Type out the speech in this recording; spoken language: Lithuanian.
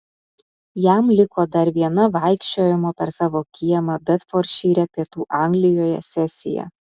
jam liko dar viena vaikščiojimo per savo kiemą bedfordšyre pietų anglijoje sesija